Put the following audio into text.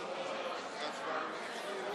חבר הכנסת דודי אמסלם,